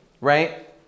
right